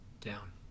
down